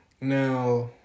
Now